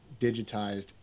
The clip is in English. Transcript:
digitized